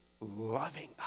loving